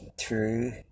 true